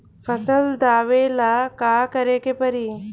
फसल दावेला का करे के परी?